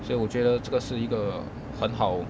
所以我觉得这个是一个很好